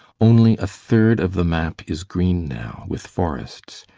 only a third of the map is green now with forests.